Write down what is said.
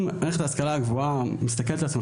אם מערכת ההשכלה הגבוהה מסתכלת על עצמה